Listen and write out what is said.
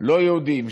לא יהודים,